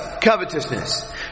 covetousness